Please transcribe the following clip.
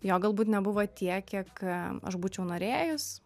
jo galbūt nebuvo tiek kiek aš būčiau norėjus